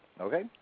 Okay